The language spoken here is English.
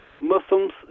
muslims